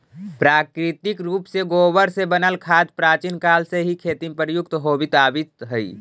प्राकृतिक रूप से गोबर से बनल खाद प्राचीन काल से ही खेती में प्रयुक्त होवित आवित हई